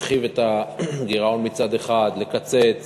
להרחיב את הגירעון מצד אחד, לקצץ